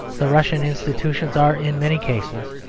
the russian institutions are, in many cases,